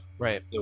Right